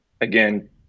again